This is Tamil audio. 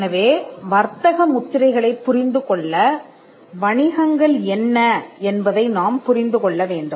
எனவே வர்த்தக முத்திரைகளைப் புரிந்துகொள்ள வணிகங்கள் என்ன என்பதை நாம் புரிந்து கொள்ள வேண்டும்